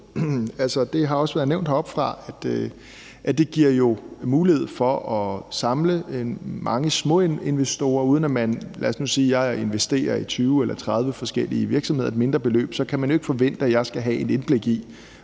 Det har også været nævnt heroppefra, at det jo giver mulighed for at samle mange småinvestorer. Lad os nu sige, at jeg investerer et mindre beløb i 20 eller 30 forskellige virksomheder. Så kan man jo ikke forvente, at jeg skal have et indblik i,